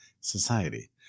society